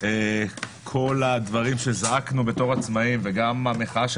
כל הדברים שזעקנו בתור עצמאים וגם המחאה,